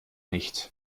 nicht